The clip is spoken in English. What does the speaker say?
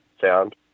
sound